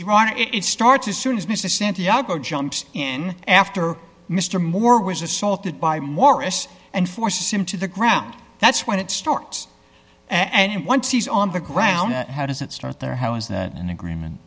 s starts as soon as mr santiago jumps in after mr moore was assaulted by morris and forces him to the ground that's when it starts and once he's on the ground how does it start there how is that an agreement